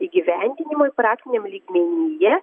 įgyvendinimui praktiniam lygmenyje